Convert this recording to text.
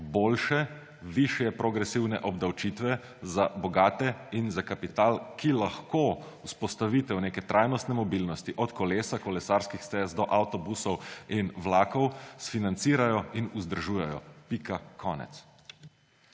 boljše, višje progresivne obdavčitve za bogate in za kapital, ki lahko vzpostavitev neke trajnostne mobilnosti od kolesa, kolesarskih stez do avtobusov in vlakov financirajo in vzdržujejo. Pika, konec.